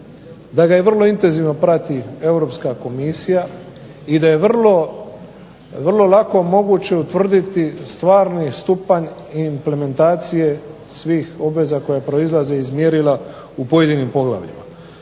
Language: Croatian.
da ga vrlo intenzivno prati Europska komisija i da je vrlo lako moguće utvrditi stvarni stupanj implementacije svih obveza koja proizlaze iz mjerila u pojedinim poglavljima.